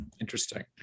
Interesting